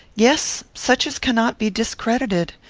yes. such as cannot be discredited.